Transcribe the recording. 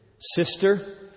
Sister